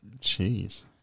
Jeez